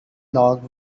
log